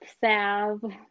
salve